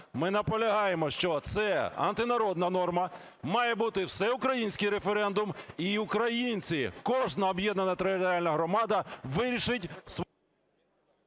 Ми наполягаємо, що це антинародна норма, має бути всеукраїнський референдум і українці, кожна об'єднана територіальна громада вирішить… ГОЛОВУЮЧИЙ.